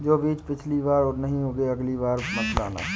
जो बीज पिछली बार नहीं उगे, अगली बार मत लाना